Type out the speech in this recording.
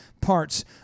parts